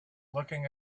looking